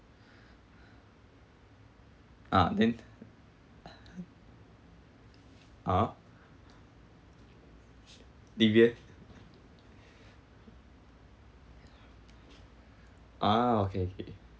ah then (uh huh) D_B_S ah okay okay